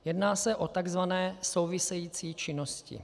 Jedná se o tzv. související činnosti.